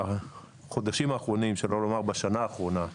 בחודשים האחרונים שלא לומר בשנה האחרונה,